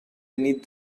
beneath